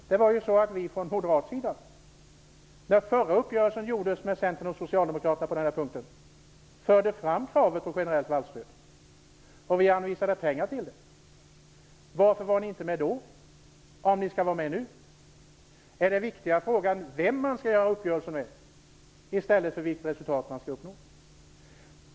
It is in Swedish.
Från moderat sida förde vi fram kravet på generellt vallstöd när den förra uppgörelsen träffades mellan Centern och Socialdemokraterna, och vi anvisade pengar till det. Varför var ni inte med då, om ni skall vara med nu? Är den viktiga frågan vem man träffar uppgörelse med och inte vilket resultat man vill uppnå?